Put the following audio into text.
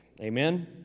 Amen